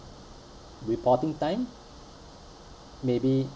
reporting time maybe